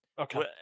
Okay